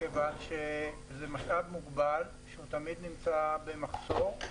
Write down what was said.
כיוון שזה מצב מוגבל שהוא תמיד נמצא במחסור.